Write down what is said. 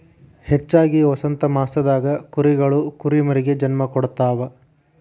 ಹೆಚ್ಚಾಗಿ ವಸಂತಮಾಸದಾಗ ಕುರಿಗಳು ಕುರಿಮರಿಗೆ ಜನ್ಮ ಕೊಡ್ತಾವ